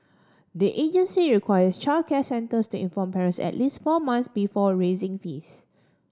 the agency requires childcare centres to inform parents at least four months before raising fees